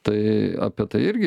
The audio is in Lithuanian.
tai apie tai irgi